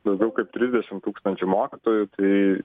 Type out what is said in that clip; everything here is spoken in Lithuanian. daugiau kaip trisdešimt tūkstančių mokytojų tai